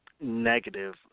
negative